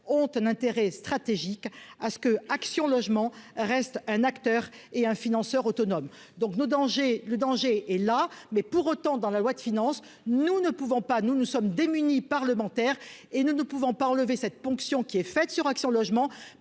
ont un intérêt stratégique à ce que Action logement reste un acteur et un financeur autonome donc no danger le danger est là, mais pour autant dans la loi de finances, nous ne pouvons pas nous nous sommes démunis parlementaire et nous ne pouvons pas enlever cette ponction qui est faite sur Action Logement,